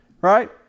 Right